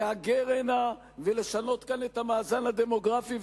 להגר הנה ולשנות כאן את המאזן הדמוגרפי,